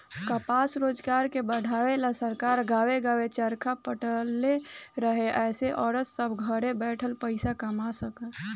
कपास रोजगार के बढ़ावे ला सरकार गांवे गांवे चरखा बटले रहे एसे औरत सभ घरे बैठले पईसा कमा सन